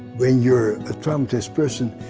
when you're a traumatized person,